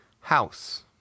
House